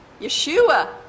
Yeshua